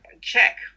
check